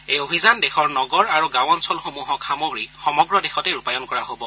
এই অভিযান দেশৰ নগৰ আৰু গাঁও অঞ্চলসমূহক সামৰি সমগ্ৰ দেশতে ৰূপায়ণ কৰা হ'ব